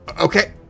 Okay